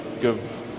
give